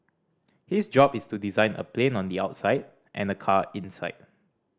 his job is to design a plane on the outside and a car inside